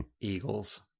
Eagles